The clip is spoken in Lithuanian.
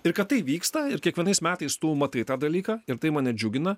ir kad tai vyksta ir kiekvienais metais tų matai tą dalyką ir tai mane džiugina